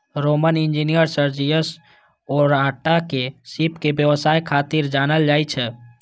Roman engineer Sergius Orata के सीप के व्यवसाय खातिर जानल जाइ छै